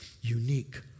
unique